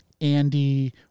andy